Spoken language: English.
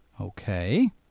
Okay